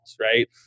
right